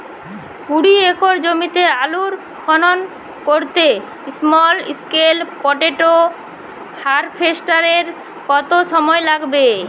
কুড়ি একর জমিতে আলুর খনন করতে স্মল স্কেল পটেটো হারভেস্টারের কত সময় লাগবে?